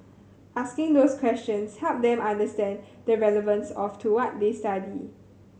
asking those questions helped them understand the relevance of to what they study